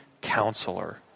counselor